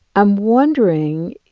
i'm wondering,